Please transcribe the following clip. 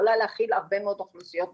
יכולה להכיל הרבה מאוד אוכלוסיות נוספות.